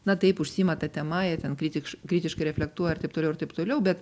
na taip užsiima ta tema jie ten kritiš kritiškai reflektuoja ir taip toliau ir taip toliau bet